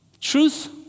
Truth